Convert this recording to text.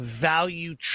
value